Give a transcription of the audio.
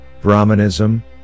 Brahmanism